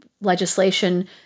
legislation